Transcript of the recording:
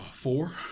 Four